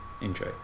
Enjoy